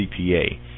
CPA